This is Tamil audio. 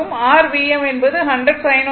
r Vm என்பது 100 sin ω t